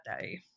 day